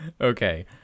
Okay